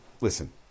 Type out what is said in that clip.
listen